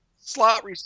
slot